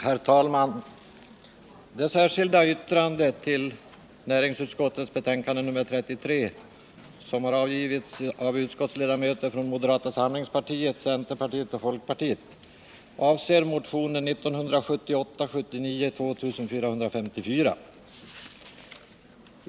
Herr talman! Det särskilda yttrande till näringsutskottets betänkande nr 33 som har avgivits av utskottsledamöter från moderata samlingspartiet, centerpartiet och folkpartiet avser motionen 1978/79:2454.